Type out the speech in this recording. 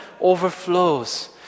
overflows